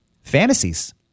Fantasies